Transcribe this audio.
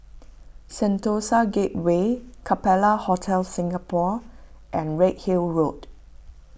Sentosa Gateway Capella Hotel Singapore and Redhill Road